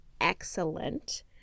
excellent